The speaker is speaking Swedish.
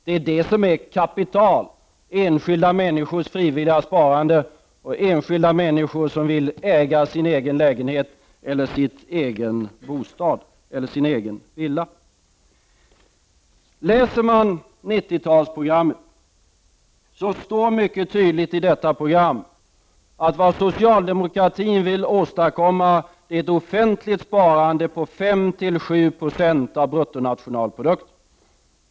Det är detta som utgör kapitalet: enskilda människors frivilliga sparande och enskilda som satsar på att äga sin lägenhet eller sin egen villa. Om man läser 90-talsprogrammet kan man konstatera att det mycket tydligt står att vad socialdemokratin vill åstadkomma är ett offentligt sparande på 5-7 90 av bruttonationalprodukten.